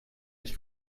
ich